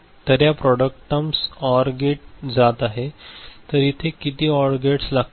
तर या product term or गेट्सकडे जात आहेत तर इथे किती ऑर गेट्स लागतील